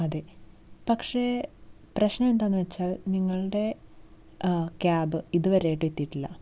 അതേ പക്ഷേ പ്രശ്നം എന്താന്ന് വെച്ചാൽ നിങ്ങളുടെ ക്യാബ് ഇതുവരെയായിട്ടും എത്തിയിട്ടില്ല